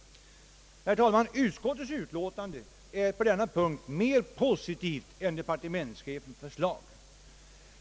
Utskottets utlåtande är på denna punkt mer positivt än departementschefens förslag.